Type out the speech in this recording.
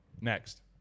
Next